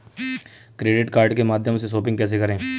Credit card के माध्यम से शॉपिंग कैसे करें?